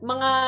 Mga